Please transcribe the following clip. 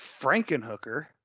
frankenhooker